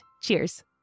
Cheers